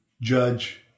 judge